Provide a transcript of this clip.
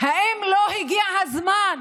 אם לא הגיע הזמן